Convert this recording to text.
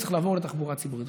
צריך לעבור לתחבורה ציבורית.